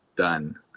done